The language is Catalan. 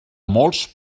molts